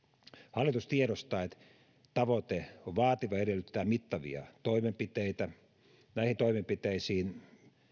hallitus tiedostaa että tavoite on vaativa ja edellyttää mittavia toimenpiteitä näihin toimenpiteisiin